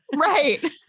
Right